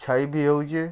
ଛାଇ ବି ହେଉଛେ